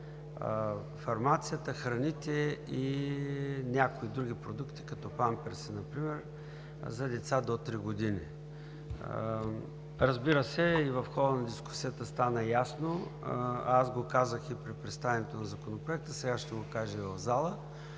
фармацията, храните и някои други продукти като памперси например за деца до 3 години. Разбира се, в хода на дискусията стана ясно – аз го казах при представянето на Законопроект, сега ще го кажа и в зала,